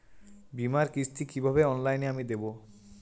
বীমার কিস্তি কিভাবে অনলাইনে আমি দেবো?